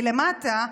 מלמטה,